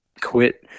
quit